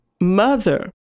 mother